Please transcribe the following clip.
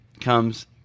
comes